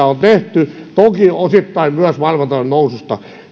on tehty toki osittain myös maailmantalouden noususta